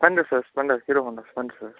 Splendor sir Splendor Hero Honda Splendor sir